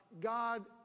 God